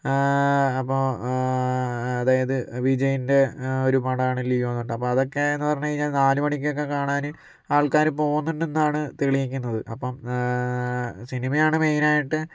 അപ്പോൾ അതായത് വിജയ്ൻ്റെ ഒരു പടമാണ് ലിയോ എന്ന് പറഞ്ഞിട്ട് അപ്പം അതക്കേന്ന് പറഞ്ഞ് കഴിഞ്ഞാൽ നാല് മണിക്കൊക്കെ കാണാന് ആൾക്കാര് പോകുന്നൊണ്ടെന്നാണ് തെളിയിക്കുന്നത് അപ്പം സിനിമയാണ് മെയ്നായിട്ട്